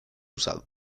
usado